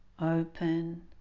open